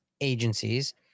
agencies